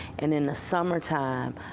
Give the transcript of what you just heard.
and in the summertime,